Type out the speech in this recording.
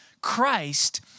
Christ